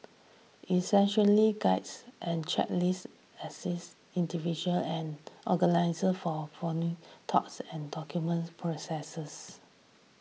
essentially guides and checklist assist individual and organisers for thoughts and document processes